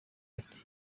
ati